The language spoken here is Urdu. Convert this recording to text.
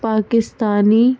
پاکستانی